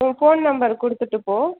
உன் phone number கொடுத்துட்டு போ